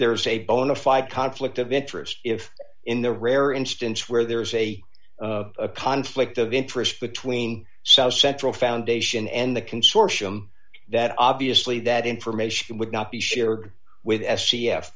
there is a bona fide conflict of interest if in the rare instance where there is a conflict of interest between south central foundation and the consortium that obviously that information would not be shared with